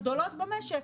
הגדולות במשק.